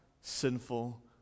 sinful